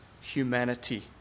humanity